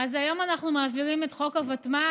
אז היום אנחנו מעבירים את חוק הוותמ"ל,